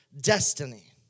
destiny